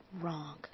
wrong